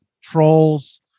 trolls